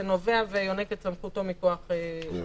זה נובע ויונק את סמכותו מכוח החוק.